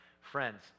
Friends